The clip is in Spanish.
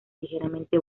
ligeramente